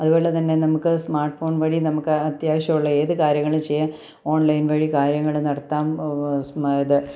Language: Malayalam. അതുപോലെ തന്നെ നമുക്ക് സ്മാർട്ട്ഫോൺ വഴി നമുക്ക് അത്യാവശ്യമുള്ള ഏത് കാര്യങ്ങൾ ചെയ്യാൻ ഓൺലൈൻ വഴി കാര്യങ്ങൾ നടത്താം സ്മ് ത്